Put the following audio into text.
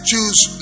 choose